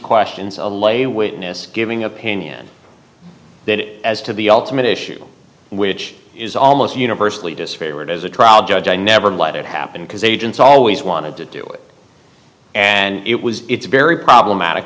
questions a lay a witness giving opinion that as to the ultimate issue which is almost universally disfavored as a trial judge i never let it happen because agents always wanted to do it and it was it's very problematic